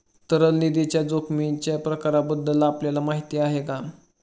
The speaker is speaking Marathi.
तरल निधीच्या जोखमीच्या प्रकारांबद्दल आपल्याला माहिती आहे का?